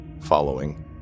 following